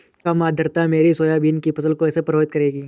कम आर्द्रता मेरी सोयाबीन की फसल को कैसे प्रभावित करेगी?